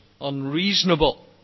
unreasonable